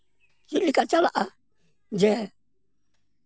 ᱪᱮᱫ ᱞᱮᱠᱟ ᱪᱟᱞᱟᱜᱼᱟ ᱡᱮ